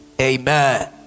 Amen